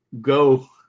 go